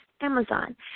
Amazon